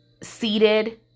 seated